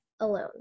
alone